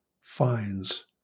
finds